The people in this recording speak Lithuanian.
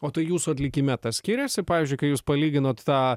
o tai jūsų atlikime tas skiriasi pavyzdžiui kai jūs palyginot tą